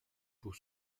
pour